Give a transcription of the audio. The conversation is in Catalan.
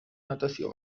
natació